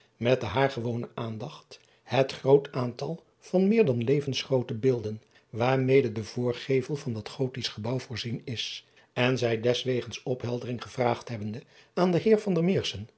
met de haar gewone aandacht het groot aantal van meer dan levensgroote beelden waarmede de voorgevel van dat ottisch gebouw voorzien is en zij deswegens opheldering ge driaan oosjes zn et leven van illegonda uisman